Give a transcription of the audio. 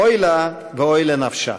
אוי לה ואוי לנפשה.